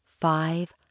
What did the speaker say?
five